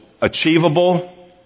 achievable